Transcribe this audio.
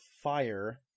fire